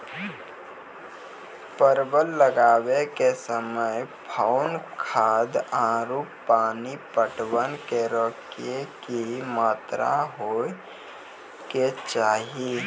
परवल लगाबै के समय कौन खाद आरु पानी पटवन करै के कि मात्रा होय केचाही?